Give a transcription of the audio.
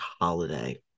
holiday